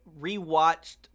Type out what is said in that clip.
rewatched